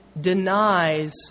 denies